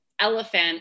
elephant